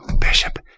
bishop